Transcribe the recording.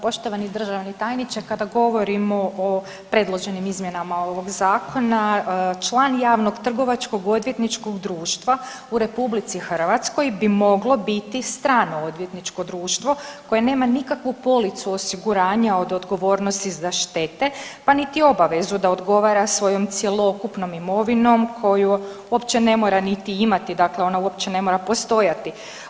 Poštovani državni tajniče kada govorimo o predloženim izmjenama ovog zakona, član javnog trgovačkog odvjetničkog društva u RH bi moglo biti strano odvjetničko društvo koje nema nikakvu policu osiguranja od odgovornosti za štete, pa niti obavezu da odgovara svojom cjelokupnom imovinom koju ne mora niti imati, dakle ona uopće ne mora postojati.